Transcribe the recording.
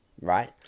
right